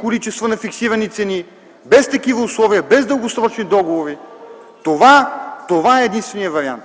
количества на фиксирани цени, без такива условия, без дългосрочни договори – това е единственият вариант.